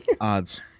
odds